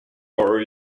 are